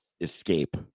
escape